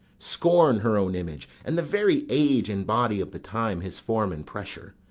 scorn her own image, and the very age and body of the time his form and pressure.